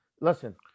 Listen